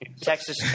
Texas